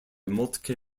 moltke